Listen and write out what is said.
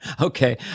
okay